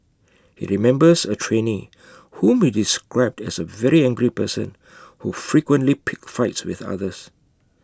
he remembers A trainee whom he described as A very angry person who frequently picked fights with others